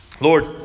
Lord